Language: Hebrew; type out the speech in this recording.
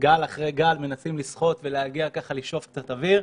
גל אחרי גל מנסים לשחות ולשאוף קצת אוויר,